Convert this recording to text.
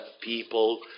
people